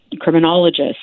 criminologists